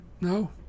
No